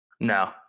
No